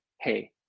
hey